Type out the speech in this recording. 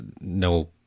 No